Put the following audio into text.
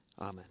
Amen